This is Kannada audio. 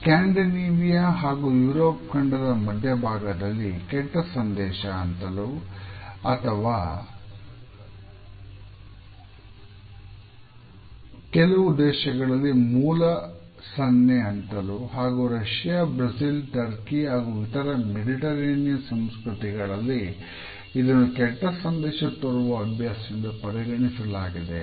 ಸ್ಕ್ಯಾಂಡಿನೇವಿಯಾ ಹಾಗೂ ಯುರೋಪ್ ಖಂಡದ ಮಧ್ಯಭಾಗದಲ್ಲಿ ಕೆಟ್ಟ ಸಂದೇಶ ಅಂತಲೂ ಕೆಲವು ದೇಶಗಳಲ್ಲಿ ಮೂಲ ಸನ್ನೆ ಅಂತಲೂ ಹಾಗೂ ರಶಿಯಾ ಬ್ರೆಜಿಲ್ ಟರ್ಕಿ ಹಾಗೂ ಇತರ ಮೆಡಿಟರೇನಿಯನ್ ಸಂಸ್ಕೃತಿಗಳಲ್ಲಿ ಇದನ್ನು ಕೆಟ್ಟ ಸಂದೇಶ ತೋರುವ ಅಭ್ಯಾಸ ಎಂದು ಪರಿಗಣಿಸಲಾಗಿದೆ